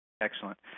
Excellent